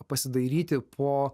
pasidairyti po